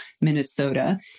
Minnesota